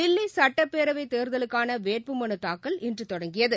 தில்லிசட்டப் பேரவைதேர்தலுக்கானவேட்பு மனுதாக்கல் இன்றுதொடங்கியது